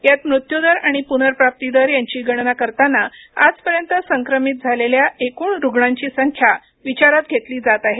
यात मृत्यूदर आणि पुनर्प्राप्ती दर यांची गणना करताना आजपर्यंत संक्रमित झालेल्या एकूण रुग्णांची संख्या विचारात घेतली जात आहे